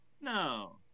No